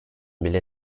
bile